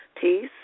Peace